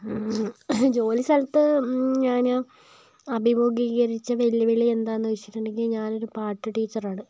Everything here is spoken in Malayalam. ജോലി സ്ഥലത്ത് ഞാന് അഭിമുഖീകരിച്ച വെല്ലുവിളി എന്താന്ന് വെച്ചിട്ടുണ്ടെങ്കിൽ ഞാൻ ഒരു പാട്ട് ടീച്ചറാണ്